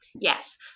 Yes